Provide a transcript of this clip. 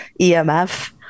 emf